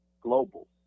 global